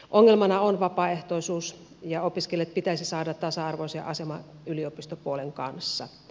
ongelmana on vapaaehtoisuus ja opiskelijat pitäisi saada tasa arvoiseen asemaan yliopistopuolen kanssa